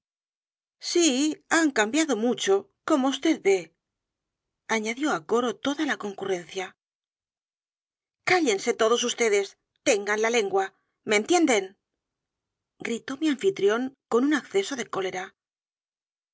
sí han cambiado mucho como vd ve añadió á coro toda la concurrencia cállense todos v d s tengan la lengua me entienden gritó mi anfitrión en un acceso de cólera